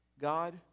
God